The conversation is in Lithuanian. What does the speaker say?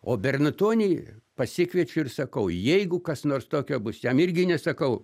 o bernatonį pasikviečiu ir sakau jeigu kas nors tokio bus jam irgi nesakau